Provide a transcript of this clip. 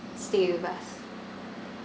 stay with us